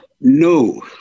No